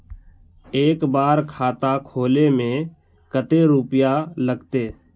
एक बार खाता खोले में कते रुपया लगते?